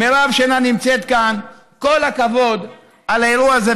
מירב, שאינה נמצאת כאן, כל הכבוד על האירוע הזה.